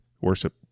worship